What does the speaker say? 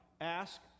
ask